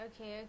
Okay